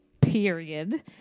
period